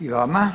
I vama.